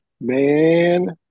Man